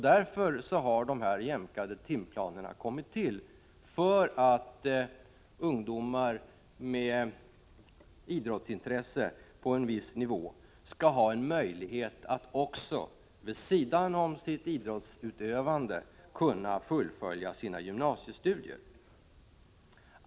Därför har dessa jämkade timplaner kommit till för att ungdomar med idrottsintresse på en viss nivå skall ha en möjlighet att vid sidan av sitt idrottsutövande kunna fullfölja sina gymnasiestudier.